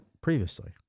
previously